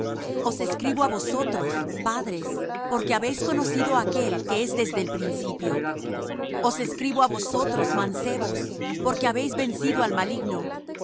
os escribo á vosotros padres porque habéis conocido á aquel que es desde el principio os escribo á vosotros mancebos porque habéis vencido al maligno